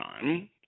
time